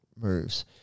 moves